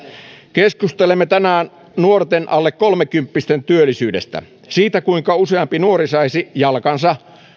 keskustelemme tänään nuorten alle kolmekymppisten työllisyydestä siitä kuinka useampi nuori saisi jalkansa